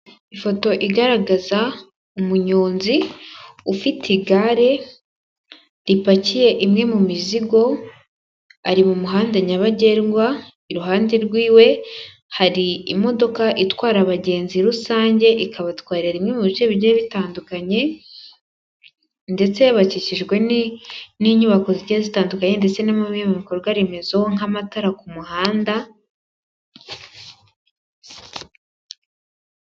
Ifoto igaragaza umunyonzi ufite igare, ripakiye imwe mu mizigo, ari mu muhanda nyabagendwa, iruhande rw'iwe hari imodoka itwara abagenzi rusange, ikabatwarira rimwe mu bice bigiye bitandukanye, ndetse bakikijwe n'inyubako zigiye zitandukanye, ndetse ni bimwe mu bikorwaremezo, nk'amatara ku muhanda,..